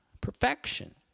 Perfection